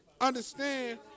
Understand